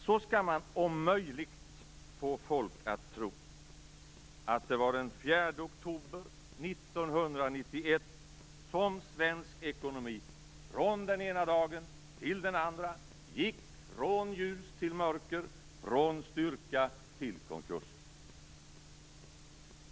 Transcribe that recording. Så skall man om möjligt få folk att tro att det var den 4 oktober 1991 som svensk ekonomi från den ena dagen till den andra gick från ljus till mörker, från styrka till konkurs.